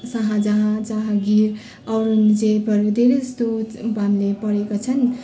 शाहजहाँ जहाँगिर औरङ्गजेबहरू धेरै जस्तो हामीले पढेका छन्